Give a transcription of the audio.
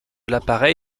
l’appareil